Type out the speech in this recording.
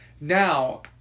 Now